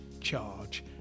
charge